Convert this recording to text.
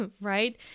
right